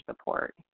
support